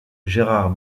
gérard